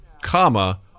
comma